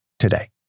today